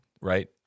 Right